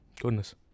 goodness